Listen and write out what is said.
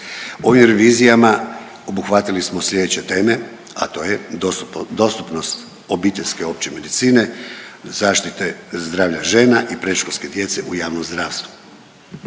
Ovim revizijama obuhvatili smo sljedeće teme, a to je dostupnost obiteljske opće medicine, zaštite zdravlja žena i predškolske djece u javnom zdravstvu,